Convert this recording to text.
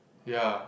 ya